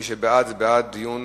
מי שבעד, זה בעד דיון